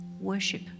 worship